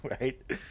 Right